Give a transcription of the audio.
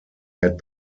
had